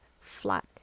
flat